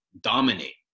dominate